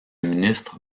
ministre